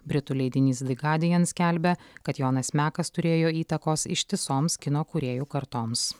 britų leidinys the guardian skelbia kad jonas mekas turėjo įtakos ištisoms kino kūrėjų kartoms